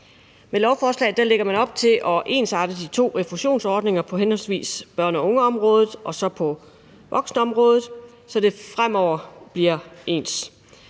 Med lovforslaget lægger man op til at ensarte de to refusionsordninger på henholdsvis børne- og ungeområdet og på voksenområdet – altså så det fremover bliver ens.